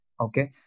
okay